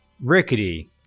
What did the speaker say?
rickety